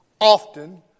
often